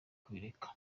kubireka